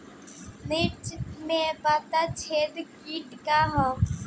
मिर्च में पता छेदक किट का है?